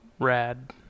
Rad